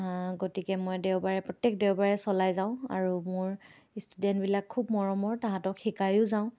গতিকে মই দেওবাৰে প্ৰত্যেক দেওবাৰে চলাই যাওঁ আৰু মোৰ ষ্টুডেণ্টবিলাক খুব মৰমৰ তাহাঁতক শিকায়ো যাওঁ